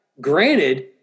Granted